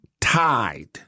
tied